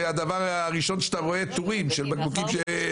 הדבר הראשון שאתה רואה זה טורים של בקבוקים.